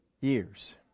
years